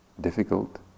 difficult